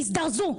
תזדרזו,